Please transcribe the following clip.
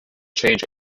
change